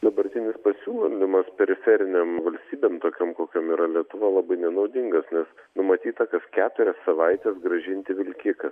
dabartinis pasiūlymas periferinėm valstybėm tokiom kokiom yra lietuva labai nenaudingas nes numatyta kas keturias savaites grąžinti vilkiką